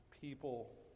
people